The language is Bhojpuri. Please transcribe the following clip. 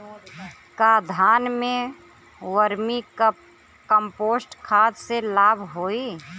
का धान में वर्मी कंपोस्ट खाद से लाभ होई?